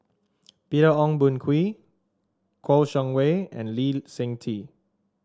Peter Ong Boon Kwee Kouo Shang Wei and Lee Seng Tee